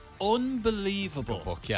unbelievable